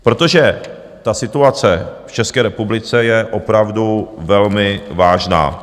Protože ta situace v České republice je opravdu velmi vážná.